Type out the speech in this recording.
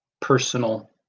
personal